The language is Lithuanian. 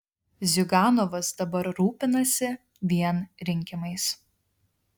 ziuganovas dabar rūpinasi vien rinkimais